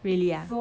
really ah